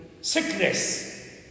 Sickness